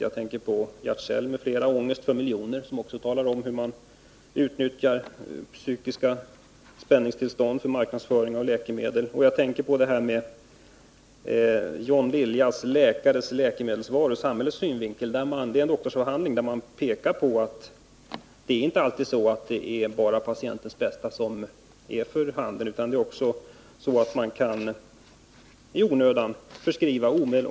Vidare tänker jag på Ångest för miljoner av Jartsell m.fl. Där berättas om hur man utnyttjar psykiska spänningstillstånd för marknadsföring av läkemedel. Jag kan också nämna John Liljas Läkares läkemedelsval ur samhällets synvinkel. Detta är en doktorsavhandling där det framhålls att det inte alltid är patientens bästa som man tänker på. Det händer att läkare i onödan förskriver